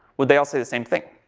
would they all say the same thing?